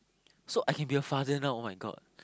so I can be a father now [oh]-my-god